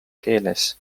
keeles